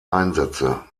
einsätze